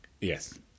Yes